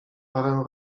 parę